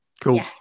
Cool